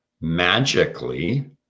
Magically